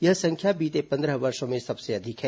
यह संख्या बीते पंद्रह वर्षों में सबसे अधिक है